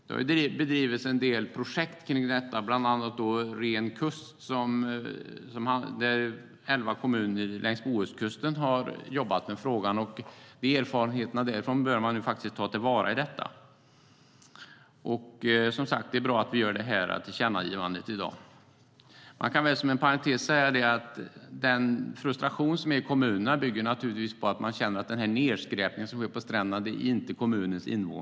Det har bedrivits en del projekt kring detta, bland annat Ren kust, där elva kommuner längs Bohuskusten jobbade med frågan. Erfarenheterna därifrån börjar man nu ta till vara. Som sagt är det bra att vi gör detta tillkännagivande i dag. Man kan inom parentes säga att den frustration som finns i kommunerna naturligtvis bygger på att man känner att det inte är kommunens invånare som skräpar ned på stränderna.